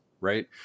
right